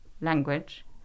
language